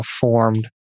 formed